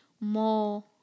more